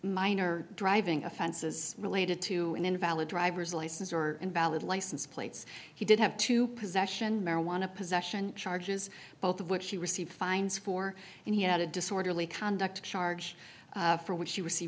minor driving offenses related to an invalid driver's license or invalid license plates he did have to possession marijuana possession charges both of which he received fines for and he had a disorderly conduct charge for wh